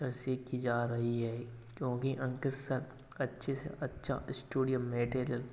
की जा रही है क्योंकि अंकित सर अच्छे से अच्छा स्टुडियो मैटेरियल